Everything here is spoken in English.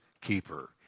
keeper